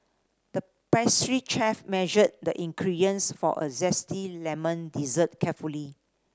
the pastry chef measured the ingredients for a zesty lemon dessert carefully